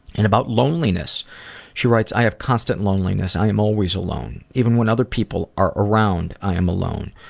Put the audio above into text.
and about loneliness she writes, i have constant loneliness. i am always alone. even when other people are around i am alone.